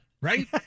right